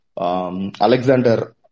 Alexander